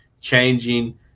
changing